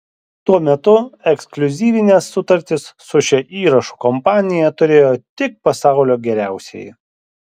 tuo metu ekskliuzyvines sutartis su šia įrašų kompanija turėjo tik pasaulio geriausieji